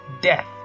death